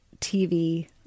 TV